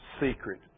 secret